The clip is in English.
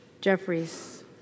Jeffries